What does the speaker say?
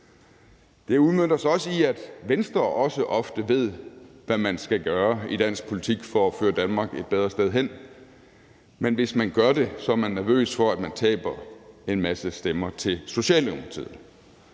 Det udmønter sig også i, at Venstre også ofte ved, hvad man skal gøre i dansk politik for at føre Danmark et bedre sted hen, men hvis man gør det, er man nervøs for at man taber en masse stemmer til Socialdemokratiet.